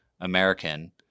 American